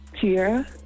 Tiara